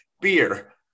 beer